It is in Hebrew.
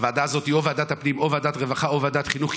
הוועדה הזו היא ועדת הפנים או ועדת הרווחה או ועדת החינוך,